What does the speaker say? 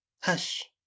hush